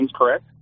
correct